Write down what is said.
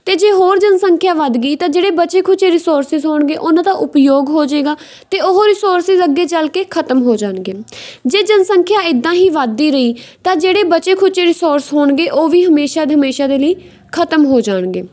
ਅਤੇ ਜੇ ਹੋਰ ਜਨਸੰਖਿਆ ਵੱਧ ਗਈ ਤਾਂ ਜਿਹੜੇ ਬਚੇ ਖੁਚੇ ਰਿਸੋਰਸਿਸ ਹੋਣਗੇ ਉਹਨਾਂ ਦਾ ਉਪਯੋਗ ਹੋ ਜਾਵੇਗਾ ਅਤੇ ਉਹ ਰਿਸੋਰਸਿਸ ਅੱਗੇ ਚੱਲ ਕੇ ਖਤਮ ਹੋ ਜਾਣਗੇ ਜੇ ਜਨਸੰਖਿਆ ਇੱਦਾਂ ਹੀ ਵੱਧਦੀ ਰਹੀ ਤਾਂ ਜਿਹੜੇ ਬਚੇ ਖੁਚੇ ਰਿਸੋਰਸ ਹੋਣਗੇ ਉਹ ਵੀ ਹਮੇਸ਼ਾ ਦੇ ਹਮੇਸ਼ਾ ਦੇ ਲਈ ਖਤਮ ਹੋ ਜਾਣਗੇ